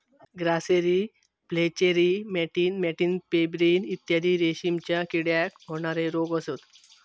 grasserie flacherie मॅटिन मॅटिन pebrine इत्यादी रेशीमच्या किड्याक होणारे रोग असत